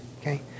okay